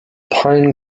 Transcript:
pine